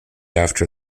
after